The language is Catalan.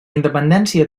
independència